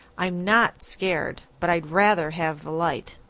i'm not scared, but i'd rather have the light.